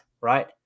right